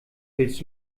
willst